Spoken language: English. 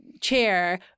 chair